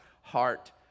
heart